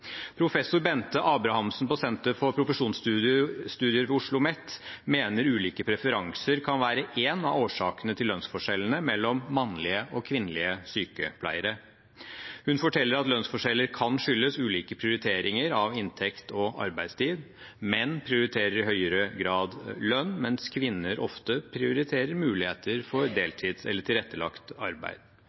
Professor Bente Abrahamsen på Senter for profesjonsstudier ved OsloMet mener ulike preferanser kan være en av årsakene til lønnsforskjellene mellom mannlige og kvinnelige sykepleiere. Hun forteller at lønnsforskjeller kan skyldes ulike prioriteringer av inntekt og arbeidstid. Menn prioriterer i høyere grad lønn, mens kvinner ofte prioriterer muligheter for deltid eller tilrettelagt arbeid.